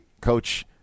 coach